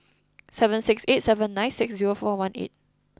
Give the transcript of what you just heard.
seven six eight seven nine six zero four one eight